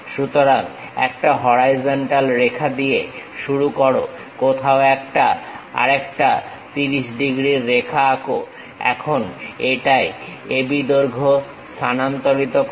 সুতরাং একটা হরাইজন্টাল রেখা দিয়ে শুরু করো কোথাও একটা আর একটা 30 ডিগ্রীর রেখা আঁকো এখন এটায় A B দৈর্ঘ্য স্থানান্তরিত করো